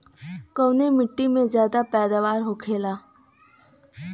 कवने मिट्टी में ज्यादा पैदावार होखेला?